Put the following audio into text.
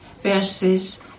verses